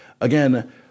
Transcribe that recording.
again